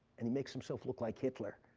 and he makes himself look like hitler.